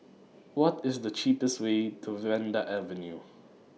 What IS The cheapest Way to Vanda Avenue